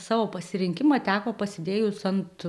savo pasirinkimą teko pasidėjus ant